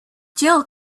jill